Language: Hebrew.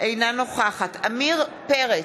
אינה נוכחת עמיר פרץ,